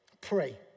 Pray